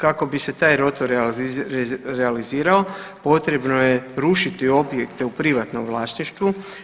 Kako bi se taj rotor realizirao potrebno je rušiti objekte u privatnom vlasništvu.